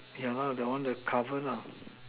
yeah the one the cover lah